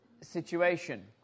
situation